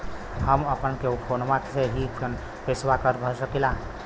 हम अपना फोनवा से ही पेसवा भर सकी ला?